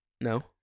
No